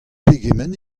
pegement